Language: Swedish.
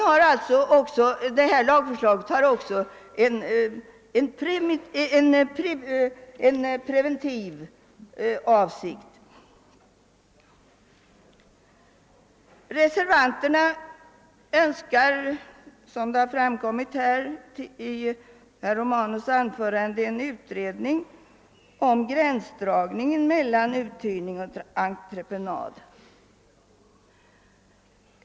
Föreliggande lagförslag har också ett preventivt syfte. Reservanterna önskar, vilket framgått av herr Romanus” anförande, en utredning om gränsdragningen mellan uthyrning av arbetskraft och entreprenad.